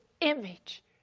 image